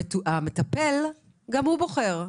המטפל גם הוא בוחר,